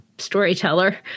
Storyteller